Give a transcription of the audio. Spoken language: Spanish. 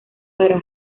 para